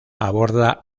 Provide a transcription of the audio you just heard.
aborda